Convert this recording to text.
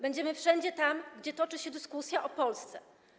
Będziemy wszędzie tam, gdzie toczy się dyskusja o Polsce.